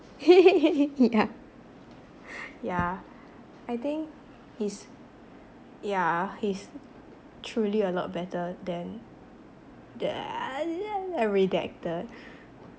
yeah yeah I think he's yeah he's truly a lot better than redacted